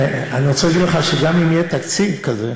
אני רוצה להגיד לך שגם אם יהיה תקציב כזה,